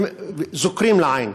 מזדקרים לעין.